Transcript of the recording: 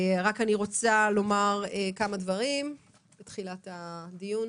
אני רוצה לומר כמה דברים בתחילת הדיון